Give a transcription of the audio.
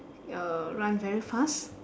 uh run very fast